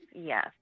Yes